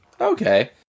Okay